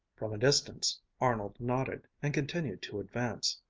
from a distance arnold nodded, and continued to advance,